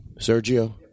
Sergio